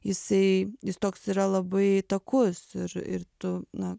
jisai jis toks yra labai takus ir ir tu na